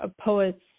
poet's